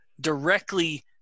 directly